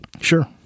Sure